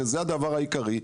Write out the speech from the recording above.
שזה הדבר העיקרי,